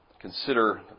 Consider